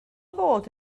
fod